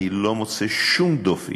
אני לא מוצא שום דופי